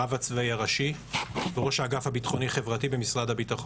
הרב הצבאי הראשי וראש האגף הביטחוני-חברתי במשרד הביטחון.